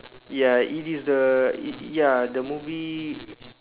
ya it is the it ya the movie